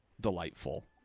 delightful